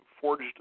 forged